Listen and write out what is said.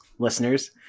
Listeners